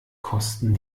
kosten